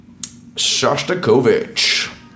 Shostakovich